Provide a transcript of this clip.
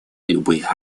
любых